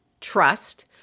trust